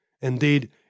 Indeed